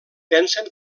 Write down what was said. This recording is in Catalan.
pensen